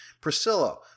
Priscilla